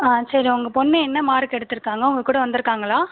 ஆ சரி உங்க பொண்ணு என்ன மார்க் எடுத்திருக்காங்க உங்க கூட வந்திருக்காங்களா